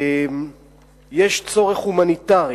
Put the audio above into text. יש צורך הומניטרי